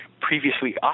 previously